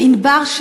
בענבר,